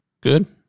Good